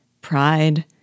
Pride